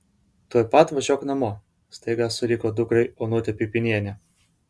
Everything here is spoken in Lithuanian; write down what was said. tuoj pat važiuok namo staiga suriko dukrai onutė pipynienė